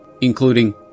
including